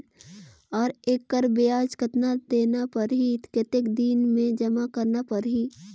और एकर ब्याज कतना देना परही कतेक दिन मे जमा करना परही??